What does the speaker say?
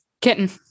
Kitten